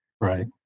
right